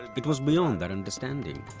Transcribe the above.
it was beyond their understanding.